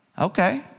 okay